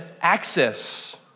access